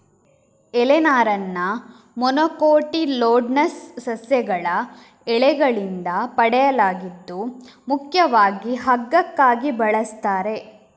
ಎಲೆ ನಾರನ್ನ ಮೊನೊಕೊಟಿಲ್ಡೋನಸ್ ಸಸ್ಯಗಳ ಎಲೆಗಳಿಂದ ಪಡೆಯಲಾಗಿದ್ದು ಮುಖ್ಯವಾಗಿ ಹಗ್ಗಕ್ಕಾಗಿ ಬಳಸ್ತಾರೆ